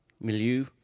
milieu